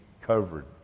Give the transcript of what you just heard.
covered